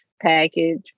package